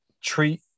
treat